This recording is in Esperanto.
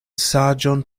saĝon